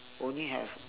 only have